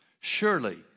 Surely